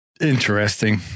Interesting